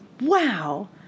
Wow